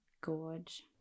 Gorge